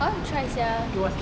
I want to try sia